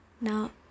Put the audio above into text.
now